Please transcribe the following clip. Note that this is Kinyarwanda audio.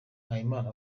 mpayimana